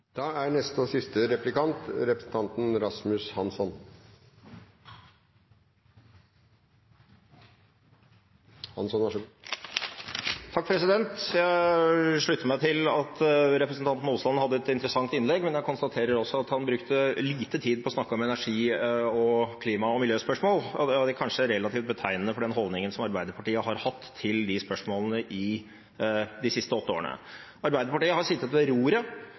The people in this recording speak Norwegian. Jeg slutter meg til at representanten Aasland hadde et interessant innlegg, men jeg konstaterer også at han brukte lite tid på å snakke om energi-, klima- og miljøspørsmål. Det er kanskje relativt betegnende for den holdningen som Arbeiderpartiet har hatt til de spørsmålene i de siste åtte årene. Arbeiderpartiet har sittet ved roret